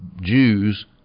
Jews